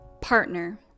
partner